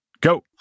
go